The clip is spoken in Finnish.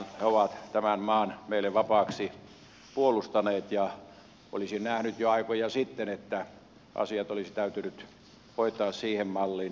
he ovat tämän maan meille vapaaksi puolustaneet ja olisin nähnyt että jo aikoja sitten asiat olisi täytynyt hoitaa siihen malliin